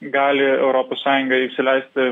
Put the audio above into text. gali europos sąjunga įsileisti